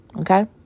Okay